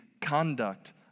conduct